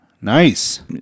Nice